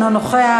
אינו נוכח,